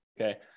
okay